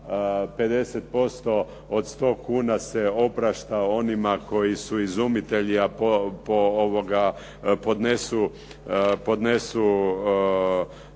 50% od 100 kuna se oprašta onima koji su izumitelji a podnesu